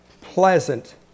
pleasant